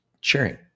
sharing